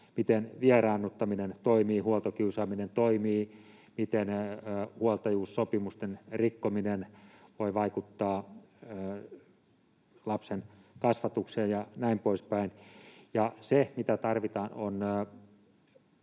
miten vieraannuttaminen toimii, huoltokiusaaminen toimii, miten huoltajuussopimusten rikkominen voi vaikuttaa lapsen kasvatukseen ja näin poispäin. Se, mitä tarvitaan, on